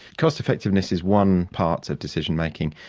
cost effectiveness is one part of decision-making.